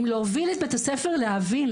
אם להוביל את בית הספר להבין,